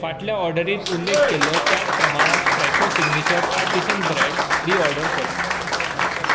फाटल्या ऑर्डरींत उल्लेख केल्लो त्याच प्रमाणांत Fresho signature artisan bread reorder कर